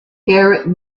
garrett